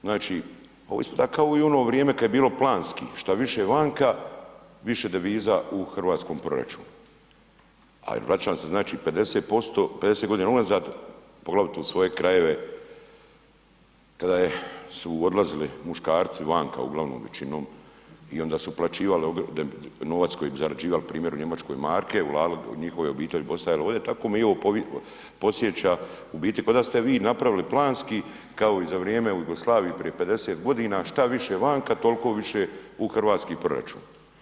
Znači, ovo ispada kao i u ono vrijeme kad je bilo planski, šta više vanka više deviza u hrvatskom proračunu, a i vraćam se znači 50.g. unazad poglavito u svoje krajeve kada su odlazili muškarci vanka, uglavnom većinom i onda su uplaćivali novac koji bi zarađivali primjer u Njemačkoj marke, … [[Govornik se ne razumije]] njihove obitelji bi ostajale ovdje, tako me i ovo podsjeća u biti koda ste vi napravili planski kao i za vrijeme Jugoslavije prije 50.g. šta više vanka tolko više u hrvatski proračun.